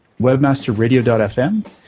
webmasterradio.fm